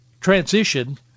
transition